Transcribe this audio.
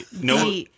no